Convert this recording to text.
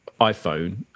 iPhone